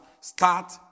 start